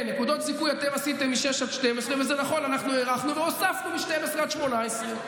במגוון ועדות ועשו טוב לאזרחי ישראל,